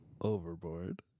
overboard